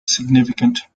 significant